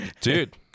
dude